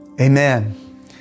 Amen